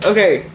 Okay